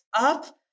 up